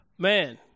Man